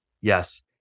Yes